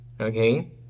Okay